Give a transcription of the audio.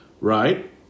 Right